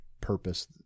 purpose